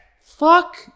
Fuck